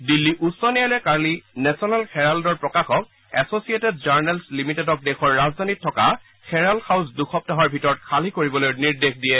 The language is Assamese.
দিল্লী উচ্চ ন্যায়ালয়ে কালি নেশ্যনেল হেৰাল্ডৰ প্ৰকাশক এছছিয়েটেড জাৰনেলছ লিমিটেডক দেশৰ ৰাজধানীত থকা হেৰাল্ড হাউছ দু সপ্তাহৰ ভিতৰত খালী কৰিবলৈ নিৰ্দেশ দিয়ে